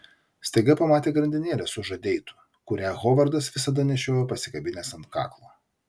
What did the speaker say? staiga pamatė grandinėlę su žadeitu kurią hovardas visada nešiojo pasikabinęs ant kaklo